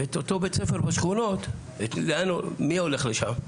ואת אותו בית ספר בשכונות, מי הולך לשם?